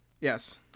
Yes